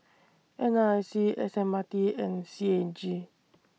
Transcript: N R I C S M R T and C A G